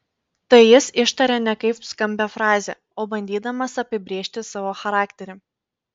tai jis ištaria ne kaip skambią frazę o bandydamas apibrėžti savo charakterį